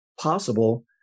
possible